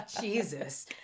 Jesus